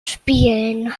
spielen